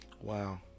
Wow